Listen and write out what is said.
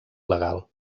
legal